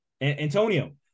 Antonio